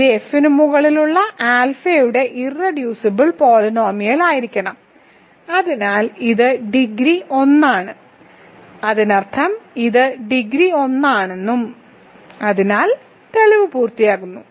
ഇത് F ന് മുകളിലുള്ള ആൽഫയുടെ ഇർറെഡ്യൂസിബിൾ പോളിനോമിയലായിരിക്കണം അതിനാൽ ഇത് ഡിഗ്രി 1 ആണ് അതിനർത്ഥം ഇത് ഡിഗ്രി 1 ആണെന്നും അതിനാൽ തെളിവ് പൂർത്തിയാക്കുന്നു